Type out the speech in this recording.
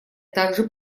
также